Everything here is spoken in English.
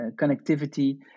connectivity